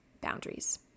boundaries